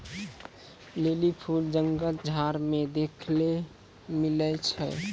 lily फूल जंगल झाड़ मे देखै ले मिलै छै